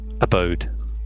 abode